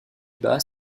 bas